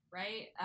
right